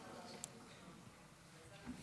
כבוד היושב-ראש,